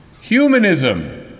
Humanism